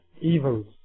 evils